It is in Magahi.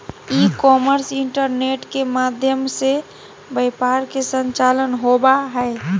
ई कॉमर्स इंटरनेट के माध्यम से व्यापार के संचालन होबा हइ